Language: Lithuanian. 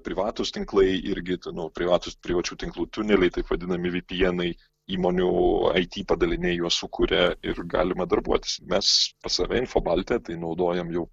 privatūs tinklai irgi ten nu privatūs privačių tinklų tuneliai taip vadinami vipienai įmonių it padaliniai juos sukuria ir galima darbuotis mes pas save infobalte tai naudojam jau